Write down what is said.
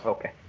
Okay